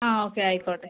ആ ഓക്കെ ആയിക്കോട്ടെ